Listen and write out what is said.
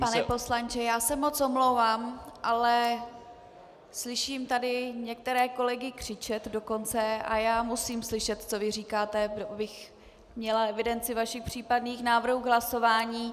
Pane poslanče, já se moc omlouvám, ale slyším tady některé kolegy dokonce křičet a já musím slyšet, co říkáte, abych měla evidenci vašich případných návrhů k hlasování.